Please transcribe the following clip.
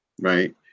right